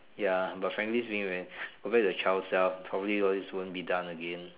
ya but frankly speaking when compared to child self probably all these won't be done again